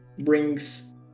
Brings